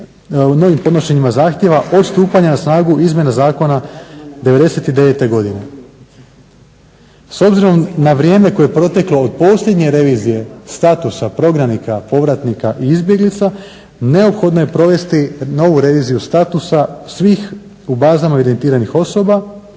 novim podnošenjima zahtjeva od stupanja na snagu izmjene zakona 99.godine. S obzirom na vrijeme koje je proteklo od posljednje revizije statusa prognanika, povratnika i izbjeglica neophodno je provesti novu reviziju statusa svih u bazama revidentiranih osoba